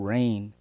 Rain